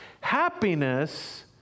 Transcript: happiness